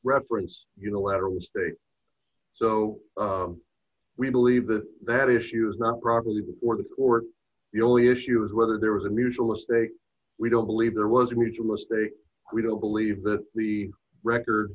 reference unilaterally state so we believe that that issue is not properly before the court the only issue is whether there was a mutual estate we don't believe there was a huge mistake we don't believe that the record